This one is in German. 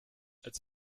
als